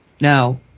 Now